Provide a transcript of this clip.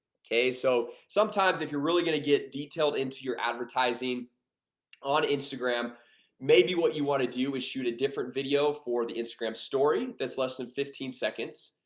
okay, so sometimes if you're really gonna get detailed into your advertising on instagram maybe what you want to do is shoot a different video for the instagram story, that's less than fifteen seconds,